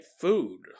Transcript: food